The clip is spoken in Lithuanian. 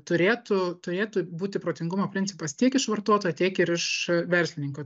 turėtų turėtų būti protingumo principas tiek iš vartotojo tiek ir iš verslininko